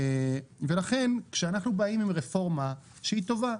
לכן כשאנחנו באים עם רפורמה שהיא טובה,